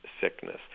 Sickness